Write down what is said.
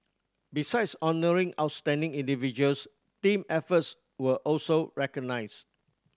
besides honouring outstanding individuals team efforts were also recognised